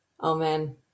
Amen